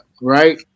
right